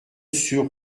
sur